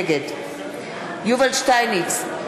נגד יובל שטייניץ,